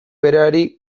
berari